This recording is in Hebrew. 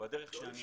בדרך שאני יודע.